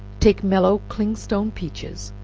take mellow clingstone peaches,